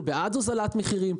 אנחנו בעד הוזלת מחירים,